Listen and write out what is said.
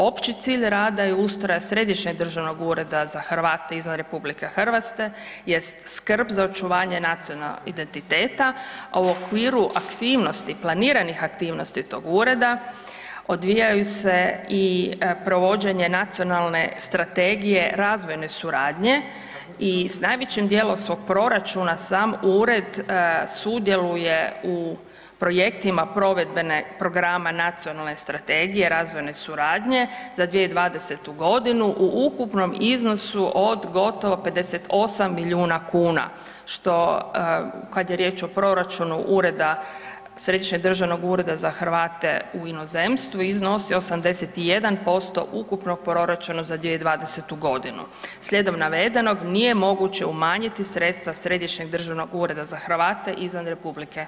Opći cilj rada i ustroja Središnjeg državnog ureda za Hrvate izvan RH jest skrb za očuvanje nacionalnog identiteta, a u okviru aktivnosti, planiranih aktivnosti tog ureda odvijaju se i provođenje Nacionalne strategije razvojne suradnje i s najvećim dijelom svog proračuna sam ured sudjeluje u projektima provedbene programa Nacionalne strategije razvojne suradnje za 2020.g. u ukupnom iznosu od gotovo 58 milijuna kuna, što kad je riječ o proračunu ureda, Središnjeg državnog ureda za Hrvate u inozemstvu iznosi 81% ukupnog proračuna za 2020.g. Slijedom navedenog nije moguće umanjiti sredstva Središnjeg državnog ureda za Hrvate izvan RH.